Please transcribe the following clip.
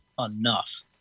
enough